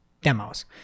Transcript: demos